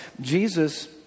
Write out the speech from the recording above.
Jesus